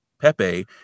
Pepe